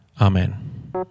Amen